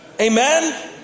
Amen